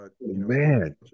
man